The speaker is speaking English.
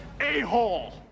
a-hole